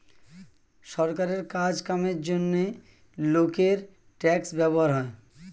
সরকারের কাজ কামের জন্যে লোকের ট্যাক্স ব্যবহার হয়